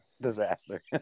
disaster